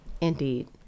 Indeed